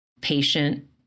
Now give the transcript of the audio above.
patient